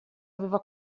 aveva